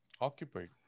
Occupied